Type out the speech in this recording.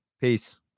Peace